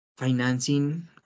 financing